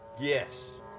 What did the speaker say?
Yes